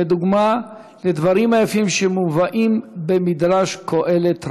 לדוגמה, לדברים היפים שמובאים במדרש קהלת רבה: